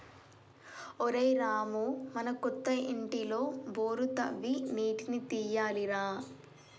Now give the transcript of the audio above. ఒరేయ్ రామూ మన కొత్త ఇంటిలో బోరు తవ్వి నీటిని తీయాలి రా